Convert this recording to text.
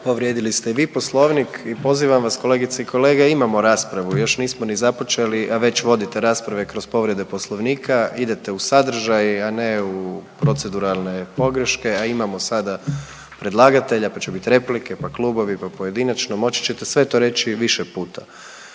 Povrijedili ste i vi poslovnik i pozivam vas kolegice i kolege, imamo raspravu, još nismo ni započeli, a već vodite rasprave kroz povrede poslovnika, idete u sadržaj, a ne u proceduralne pogreške, a imamo sada predlagatelja, pa će bit replike, pa klubovi, pa pojedinačno, moći ćete sve to reći više puta.